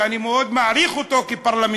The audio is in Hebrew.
כי אני מאוד מעריך אותו כפרלמנטר,